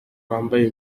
twambaye